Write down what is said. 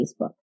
Facebook